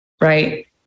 right